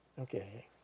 Okay